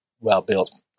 well-built